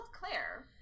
claire